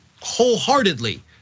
wholeheartedly